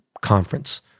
conference